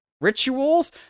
...rituals